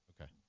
Okay